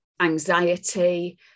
anxiety